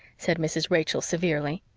said mrs. rachel severely.